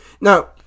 Now